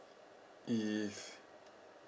if